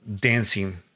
dancing